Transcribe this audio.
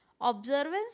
Observance